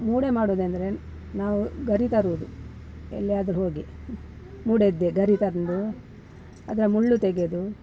ಮೂಡೆ ಮಾಡುದೆಂದರೆ ನಾವು ಗರಿ ತರುವುದು ಎಲ್ಲಿಯಾದ್ರು ಹೋಗಿ ಮೂಡೆಯದ್ದೆ ಗರಿ ತಂದು ಅದರ ಮುಳ್ಳು ತೆಗೆದು